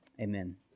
Amen